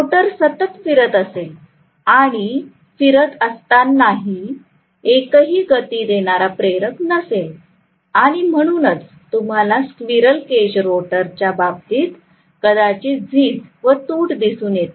rotor सतत फिरत असेल आणि फिरत असतानाही एकही ग़ति देणारा प्रेरक नसेल आणि म्हणूनच तुम्हाला स्क्विरल केज रोटरच्या बाबतीत क्वचितच झीज व तुट दिसून येते